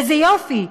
זה יופי,